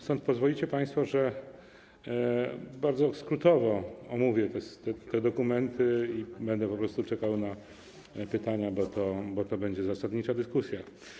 Stąd pozwolicie państwo, że bardzo skrótowo omówię te dokumenty i będę po prostu czekał na pytania, bo to będzie zasadnicza dyskusja.